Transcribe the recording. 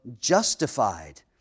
justified